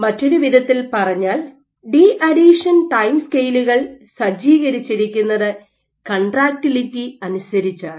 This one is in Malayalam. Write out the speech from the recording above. മറ്റൊരു വിധത്തിൽ പറഞ്ഞാൽ ഡീഅഡീഹഷൻ ടൈംസ്കെയിലുകൾ സജ്ജീകരിച്ചിരിക്കുന്നത് കൺട്രാക്റ്റിലിറ്റി അനുസരിച്ചാണ്